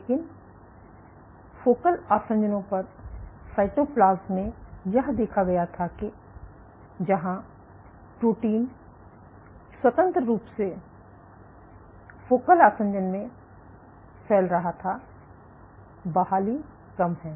लेकिन फोकल आसंजनों पर साइटोप्लाज्म में यह देखा गया था कि जहां प्रोटीन स्वतंत्र रूप से फोकल आसंजन में फैल रहा था बहाली कम है